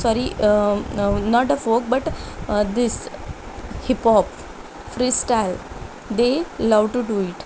sorry not a folk but this hip hop free style they love to do it